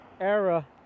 era